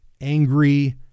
angry